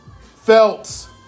felt